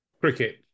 cricket